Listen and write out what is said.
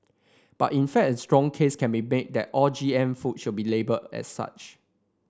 but in fact a strong case can be made that all G M food should be labelled as such